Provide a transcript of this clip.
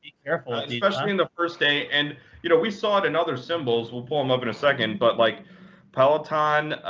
ah especially in the first day. and you know we saw it in other symbols. we'll pull them up in a second. but like peloton,